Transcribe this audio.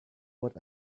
what